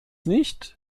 nicht